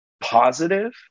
positive